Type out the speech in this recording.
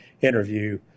interview